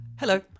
Hello